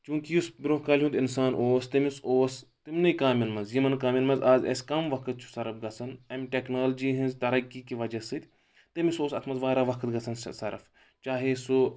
چوٗنٛکہِ یُس برونٛہہ کالہِ ہُنٛد اِنسان اوس تٔمِس اوس تِمنٕے کامیٚن منٛز یِمَن کامیٚن منٛز آز اَسہِ کَم وقت چھُ صَرف گژھن اَمہِ ٹیکنالجی ہٕنٛز ترقی کہِ وجہ سۭتۍ تٔمِس اوس اَتھ منٛز واریاہ وقت گژھن صرف چاہے سُہ